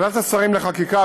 ועדת השרים לחקיקה,